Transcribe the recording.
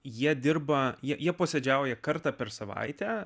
jie dirba jie posėdžiauja kartą per savaitę